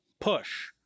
push